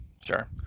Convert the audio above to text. sure